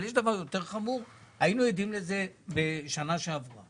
אבל יש דבר יותר חמור, היינו עדים לזה בשנה שעברה